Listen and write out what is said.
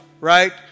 right